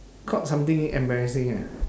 caught something embarrassing ah